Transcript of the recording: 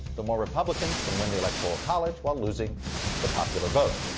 the more republicans can win the electoral college while losing the popular vote.